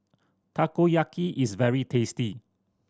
takoyaki is very tasty